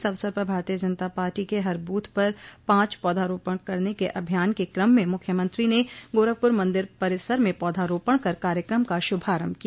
इस अवसर पर भारतीय जनता पार्टी के हर बूथ पर पांच पौधारोपण करने के अभियान के क्रम में मुख्यमंत्री ने गोरखपुर मंदिर परिसर में पौधारोपण कर कार्यक्रम का शुभारम्भ किया